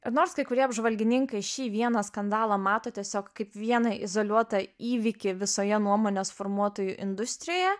ir nors kai kurie apžvalgininkai šį vieną skandalą mato tiesiog kaip vieną izoliuotą įvykį visoje nuomonės formuotojų industrijoje